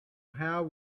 how